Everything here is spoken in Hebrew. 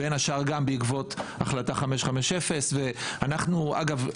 בין השאר גם בעקבות החלטה 550. אגב,